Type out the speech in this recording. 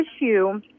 issue